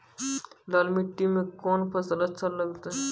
लाल मिट्टी मे कोंन फसल अच्छा लगते?